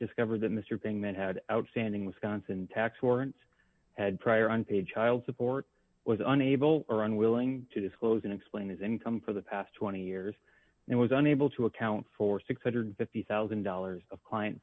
discovered that mister payment had outstanding wisconsin tax warrants had prior on page hiles support was unable or unwilling to disclose and explain his income for the past twenty years and was unable to account for six hundred and fifty thousand dollars of client